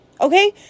Okay